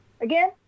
Again